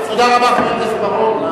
תודה רבה, חבר הכנסת בר-און.